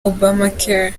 obamacare